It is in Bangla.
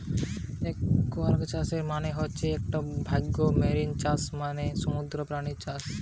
একুয়াকালচারের মানে হতিছে একটো ভাগ মেরিন চাষ মানে সামুদ্রিক প্রাণীদের চাষ